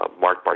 Mark